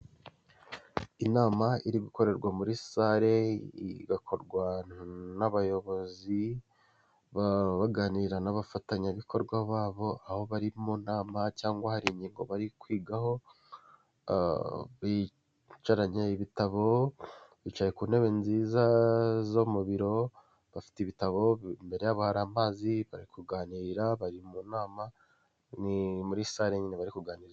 Inama iri gukorerwa muri sare, igakorwa n'abayobozi baganira n'abafatanyabikorwa babo, aho bari mu nama cyangwa hari ingingo bari kwigaho, bicaranye ibitabo, bicaye ku ntebe nziza zo mu biro, bafite ibitabo, imbere yabo hari amazi, bari kuganira, bari mu nama, ni muri sare nyine bari kuganira.